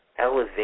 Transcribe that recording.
elevation